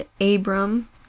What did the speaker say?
Abram